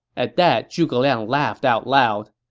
at that, zhuge liang laughed out loud.